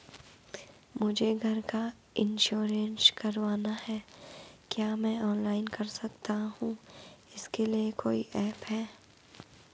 मुझे घर का इन्श्योरेंस करवाना है क्या मैं ऑनलाइन कर सकता हूँ इसके लिए कोई ऐप है?